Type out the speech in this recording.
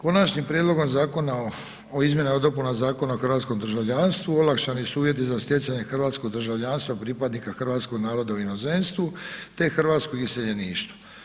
Konačnim prijedlogom zakona o izmjenama i dopunama Zakona o hrvatskom državljanstvu, olakšani su uvjeti za stjecanje hrvatskog državljanstva pripadnika hrvatskog naroda u inozemstvu te hrvatskog iseljeništva.